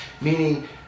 meaning